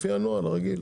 לפי הנוהל הרגיל.